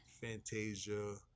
Fantasia